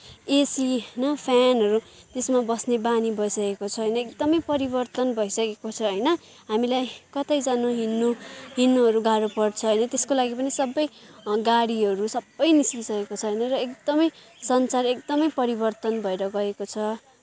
AC होइन फ्यानहरू त्यसमा बस्ने बानी बसिसकेको छ होइन एकदमै परिवर्तन भइसकेको छ होइन हामीलाई कतै जानु हिँड्नु हिँड्नुहरू गाह्रो पर्छ होइन त्यसको लागि पनि सबै गाडीहरू सबै निस्किसकेको छ होइन र एकदमै संसार एकदमै परिवर्तन भएर गएको छ